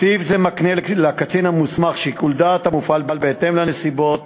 סעיף זה מקנה לקצין המוסמך שיקול דעת המופעל בהתאם לנסיבות